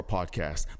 Podcast